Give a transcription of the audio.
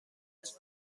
مرج